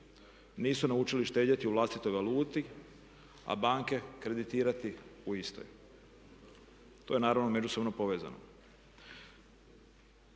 nisu naučili štedjeti u vlastitoj valuti a banke kreditirati u istoj. To je naravno međusobno povezano.